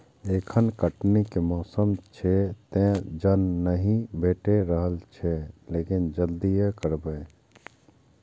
एखन कटनी के मौसम छैक, तें जन नहि भेटि रहल छैक, लेकिन जल्दिए करबै